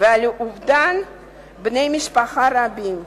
ועל אובדן בני משפחה רבים,